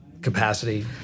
capacity